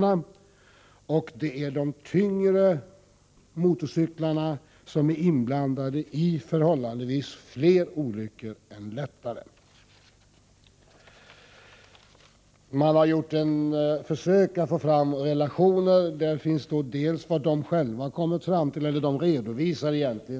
Vidare sägs det: ”De tyngre fordonen är inblandade i förhållandevis fler olyckor än de lättare.” Försök har gjorts som syftar till att få fram olika relationer.